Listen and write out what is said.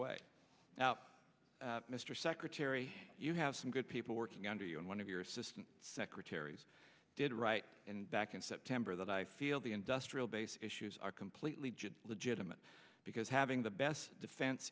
way out mr secretary you have some good people working under you and one of your assistant secretaries did write back in september that i feel the industrial base issues are completely legitimate because having the best defense